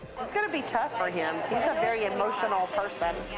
it's gonna be tough for him. he's a very emotional person. yeah